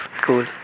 Cool